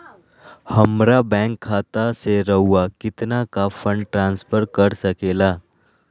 हमरा बैंक खाता से रहुआ कितना का फंड ट्रांसफर कर सके ला?